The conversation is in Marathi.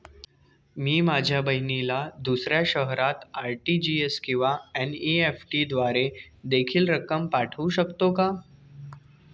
मी माझ्या बहिणीला दुसऱ्या शहरात आर.टी.जी.एस किंवा एन.इ.एफ.टी द्वारे देखील रक्कम पाठवू शकतो का?